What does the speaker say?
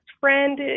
friend